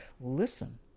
listen